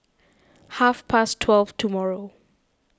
half past twelve tomorrow